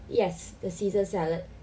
yes the caesar salad